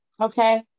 okay